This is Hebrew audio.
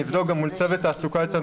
אני אבדוק גם מול צוות תעסוקה אצלנו,